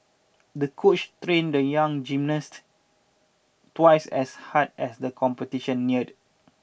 the coach trained the young gymnast twice as hard as the competition neared